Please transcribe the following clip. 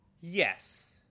Yes